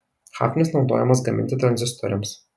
hafnis naudojamas gaminti tranzistoriams